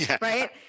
Right